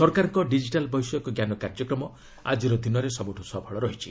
ସରକାରଙ୍କ ଡିଜିଟାଲ୍ ବୈଷୟିକ ଜ୍ଞାନ କାର୍ଯ୍ୟକ୍ରମ ଆଜିର ଦିନରେ ସବୁଠୁ ସଫଳ ରହିଛି